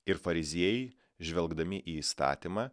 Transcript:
ir fariziejai žvelgdami į įstatymą